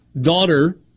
daughter